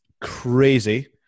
crazy